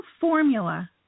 formula